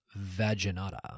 vaginata